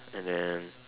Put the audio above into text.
and then